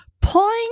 Point